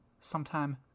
sometime